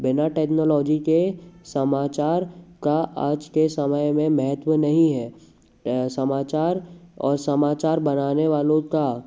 बिना टेक्नोलॉजी के समाचार का आज के समय में महत्व नहीं है समाचार और समाचार बनाने वालों का